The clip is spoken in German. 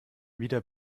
wieder